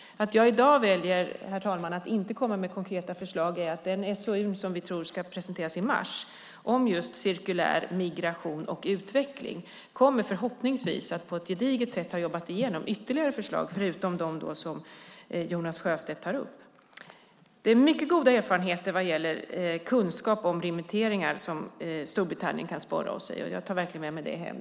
Att jag i dag väljer att inte komma med konkreta förslag beror på att den SOU som vi tror ska presenteras i mars om just cirkulär migration och utveckling förhoppningsvis kommer att på ett gediget sätt ha jobbat igenom ytterligare förslag förutom dem som Jonas Sjöstedt tar upp. Det finns mycket goda erfarenheter vad gäller kunskap om remitteringar som Storbritannien kan sporra oss med. Jag tar verkligen med mig det hem.